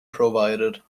provided